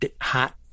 hot